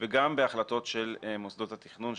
וגם בהחלטות של מוסדות התכנון,